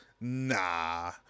nah